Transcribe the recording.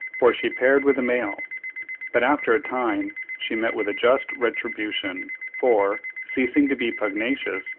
for she paired with the male but after a time she met with a just retribution, for, ceasing to be pugnacious,